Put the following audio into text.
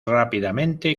rápidamente